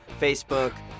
Facebook